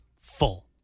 full